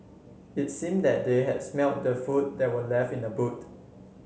it seem that they had smelt the food that were left in the boot